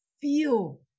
feel